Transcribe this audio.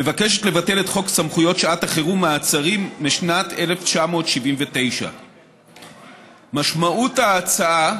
מבקשת לבטל את חוק סמכויות שעת החירום (מעצרים) משנת 1979. משמעות ההצעה